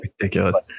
Ridiculous